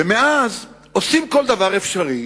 ומאז עושים כל דבר אפשרי,